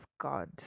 god